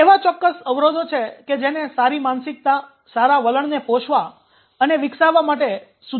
તે એવા ચોક્કસ અવરોધો છે કે જેને સારી માનસિકતા સારા વલણને પોષવા અને વિકસાવવા માટે સુધારવાની જરૂર છે